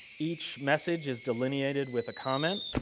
each message is delineated with a comment